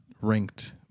ranked